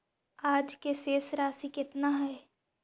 आज के शेष राशि केतना हई?